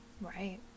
Right